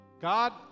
God